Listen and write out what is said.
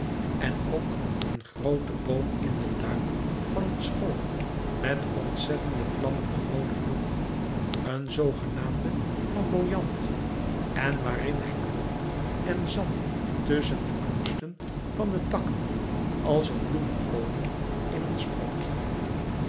en ook een groote boom in den tuin van het school met ontzettende vlammende roode bloemen een zoogenaamde flamboyant en waarin hij klom en zat tusschen de knoesten van de takken als een bloemenkoning in een sprookje